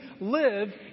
live